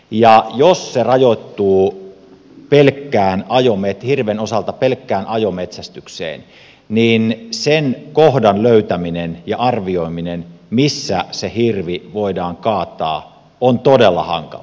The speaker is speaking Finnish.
ja jos se rajoittuu hirven osalta pelkkään ajometsästykseen niin sen kohdan löytäminen ja arvioiminen missä se hirvi voidaan kaataa on todella hankalaa